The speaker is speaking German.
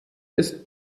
ist